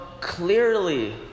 clearly